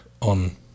on